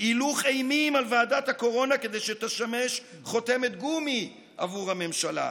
הילוך אימים על ועדת הקורונה כדי שתשמש חותמת גומי עבור הממשלה,